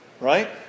Right